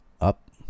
up